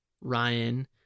ryan